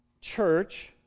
church